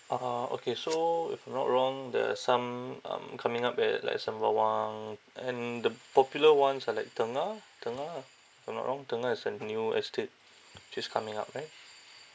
(uh huh) okay so if not wrong there are some um coming up at like sembawang and the popular ones are like tengah tengah if I'm not wrong tengah is a new estate which is coming up right